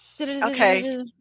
Okay